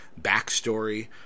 backstory